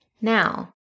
Now